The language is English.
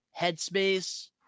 headspace